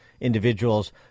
individuals